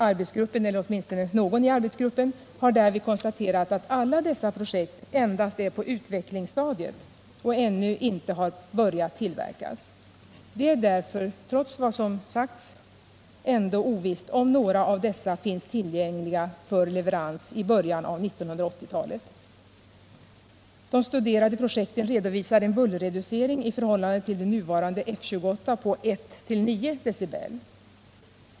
Arbetsgruppen — eller åtminstone någon i gruppen — har därvid konstaterat att alla dessa projekt endast är på utvecklingsstadiet och ännu inte har börjat tillverkas. Det är därför trots vad som sagts ändå ovisst om några av dessa projekt finns tillgängliga för leverans i början av 1980 talet. De studerade projekten redovisar en bullerreducering i förhållande till nuvarande Fokker F-28 på 1-9 dB.